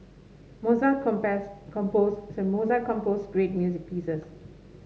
mozart composed mozart composed great music pieces